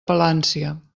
palància